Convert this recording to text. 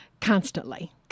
constantly